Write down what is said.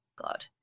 God